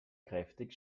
kräftig